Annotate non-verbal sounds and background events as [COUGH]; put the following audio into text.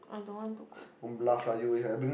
I don't want to go [BREATH]